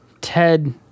Ted